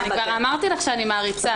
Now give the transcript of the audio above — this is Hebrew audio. אני כבר אמרתי לך שאני מעריצה.